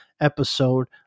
episode